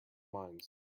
minds